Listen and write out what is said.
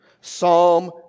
Psalm